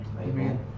Amen